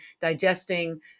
digesting